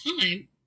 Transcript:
time